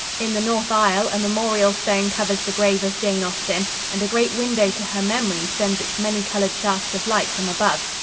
in the north aisle a memorial stone covers the grave of jane austen and a great window to her memory sends its many-colored shafts of light from above.